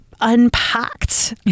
unpacked